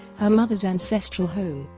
her mother's ancestral home,